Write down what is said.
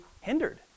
hindered